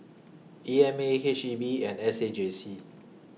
E M A H E B and S A J C